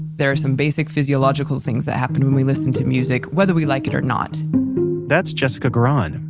there are some basic physiological things that happen when we listen to music whether we like it or not that's jessica grahn.